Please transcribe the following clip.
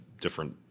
different